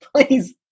please